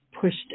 pushed